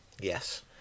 Yes